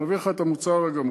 נביא לך את המוצר הגמור.